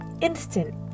instant